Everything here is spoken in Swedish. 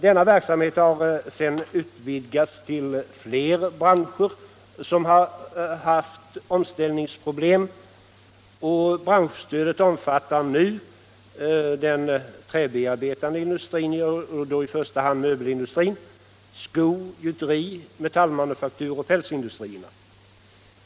Denna verksamhet har sedan utvidgats till fler branscher som har haft omställningsproblem, och branschstödet omfattar nu den träbearbetande industrin och då i första hand möbelindustrin, sko-, gjuteri-, metallmanufakturoch pälsindustrierna.